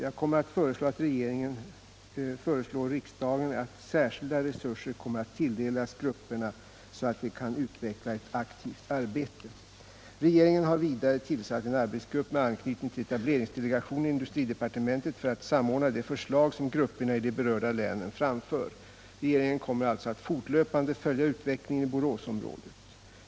Jag kommer att föreslå att regeringen föreslår riksdagen att särskilda resurser tilldelas grupperna så att de kan utveckla ett aktivt arbete. Regeringen har vidare tillsatt en arbetsgrupp, med anknytning till etableringsdelegationen i industridepartementet, för att samordna de förslag som grupperna i de berörda länen framför. Regeringen kommer alltså att fortlöpande följa utvecklingen i Boråsområdet.